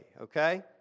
Okay